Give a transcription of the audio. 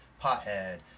pothead